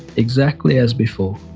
exactly as before,